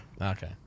Okay